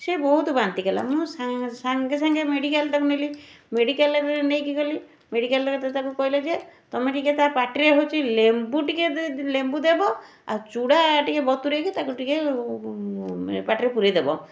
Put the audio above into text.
ସିଏ ବହୁତ ବାନ୍ତି କଲା ମୁଁ ସା ସାଙ୍ଗେ ସାଙ୍ଗେ ମେଡ଼ିକାଲ ତାକୁ ନେଲି ମେଡ଼ିକାଲରେ ବି ନେଇକି ଗଲି ମେଡ଼ିକାଲରେ ତାକୁ କହିଲେ ଯେ ତୁମେ ଟିକିଏ ତା' ପାଟିରେ ହେଉଛି ଲେମ୍ବୁ ଟିକିଏ ଦେବ ଆଉ ଚୁଡ଼ା ଟିକିଏ ବତୁରେଇକି ତାକୁ ଟିକିଏ ପାଟିରେ ପୂରେଇଦେବ